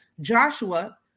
Joshua